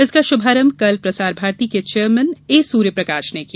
इसका शुभारंभ कल प्रसार भारती के चेयरमेन ए सूर्यप्रकाश ने किया